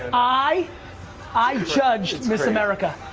i i judged ms. america.